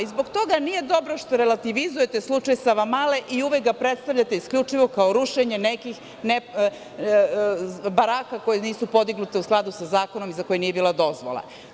Zbog toga nije dobro što relativizujete slučaj Savamale i uvek ga predstavljate isključivo kao rušenje nekih baraka koje nisu podignute u skladu sa zakonom i za koje nije bila dozvola.